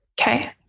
Okay